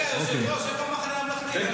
רגע, היושב-ראש, איפה המחנה הממלכתי?